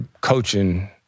coaching